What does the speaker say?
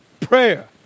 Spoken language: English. prayer